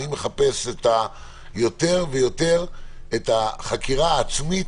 אני מחפש יותר ויותר את החקירה העצמית,